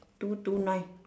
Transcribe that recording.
two two nine